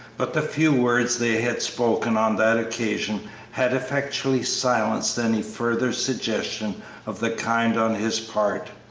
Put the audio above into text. but the few words they had spoken on that occasion had effectually silenced any further suggestion of the kind on his part.